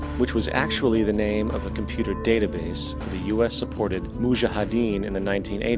which was actually the name of a computer database of the u s supported mujahideen in the nineteen